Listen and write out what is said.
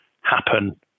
happen